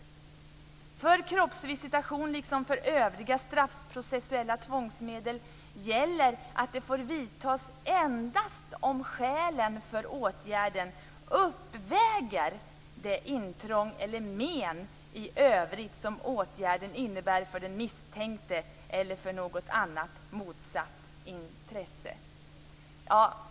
"För kroppsvisitation, liksom för övriga straffprocessuella tvångsmedel, gäller att den får vidtas endast om skälen för åtgärden uppväger det intrång eller men i övrigt som åtgärden innebär för den misstänkte eller för något annat motstående intresse."